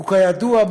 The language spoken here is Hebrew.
וכידוע,